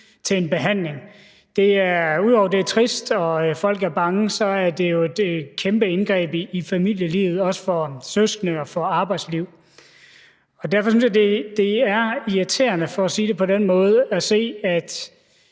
til en behandling. Ud over at det er trist og folk er bange, er det jo et kæmpe indgreb i familielivet, også for søskende, og i arbejdslivet. Derfor synes jeg, det er irriterende, for at sige det på den måde, at se, at